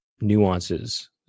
nuances